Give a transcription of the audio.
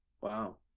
Wow